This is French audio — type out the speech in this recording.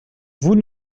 vous